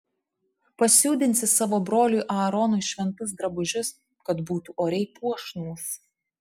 pasiūdinsi savo broliui aaronui šventus drabužius kad būtų oriai puošnūs